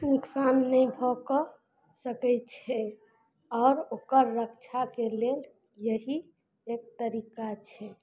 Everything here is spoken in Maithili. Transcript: नुकसान नहि भऽ कऽ सकय छै आओर ओकर रक्षाके लेल यही एक तरीका छै